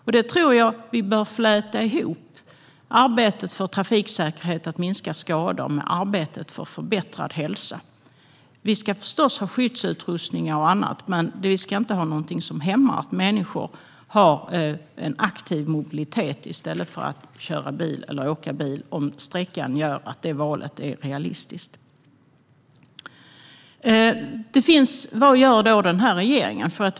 Jag tror att vi bör fläta ihop arbetet för trafiksäkerhet och för att minska skador med arbetet för förbättrad hälsa. Vi ska förstås ha skyddsutrustning och annat, men vi ska inte ha någonting som hämmar människors aktiva mobilitet och gör att de i stället kör eller åker bil om sträckan gör att valet är realistiskt. Vad gör då denna regering?